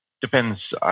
depends